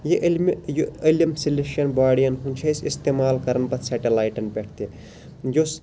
یہِ علمہِ یہِ علم سیٚلِشَل باڈِیَن ہُنٛد چھ أسۍ اِستِمال کَران پَتہٕ سیٚٹَلایٹہِ پٮ۪ٹھ تہِ یۄس